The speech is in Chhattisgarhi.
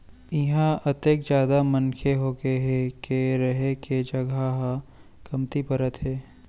इहां अतेक जादा मनखे होगे हे के रहें के जघा ह कमती परत हे